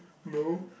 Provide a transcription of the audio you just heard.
no